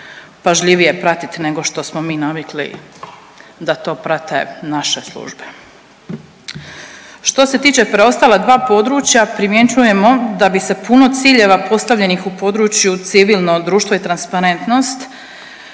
pažljivije pratit nego što smo mi navikli da to prate naše službe. Što se tiče preostala dva područja primjećujemo da bi se puno ciljeva postavljenih u području civilno društvo i transparentnost